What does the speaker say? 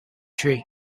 tree